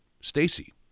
Stacey